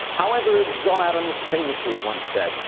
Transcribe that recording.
however, as john adams famously once said,